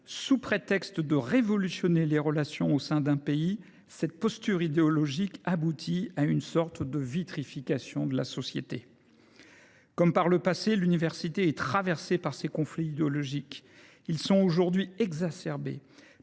sous prétexte de révolutionner les relations au sein d’un pays, cette posture idéologique aboutit à une sorte de vitrification de la société ». Comme par le passé, l’université est traversée par ces conflits idéologiques. Ils sont aujourd’hui exacerbés